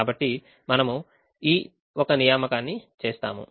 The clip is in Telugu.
కాబట్టి మనము ఈ ఒక నియామకాన్ని చేస్తాము